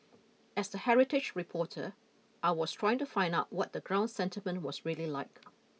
as the heritage reporter I was trying to find out what the ground sentiment was really like